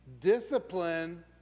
Discipline